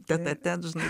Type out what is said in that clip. tet a tet žinai